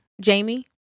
Jamie